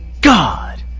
God